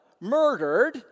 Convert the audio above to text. murdered